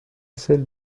celle